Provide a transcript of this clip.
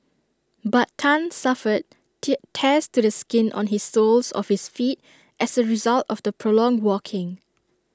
but Tan suffered tear tears to the skin on his soles of his feet as A result of the prolonged walking